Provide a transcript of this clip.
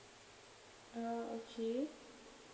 okay